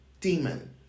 demon